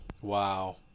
Wow